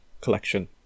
collection